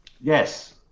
Yes